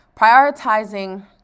prioritizing